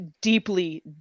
deeply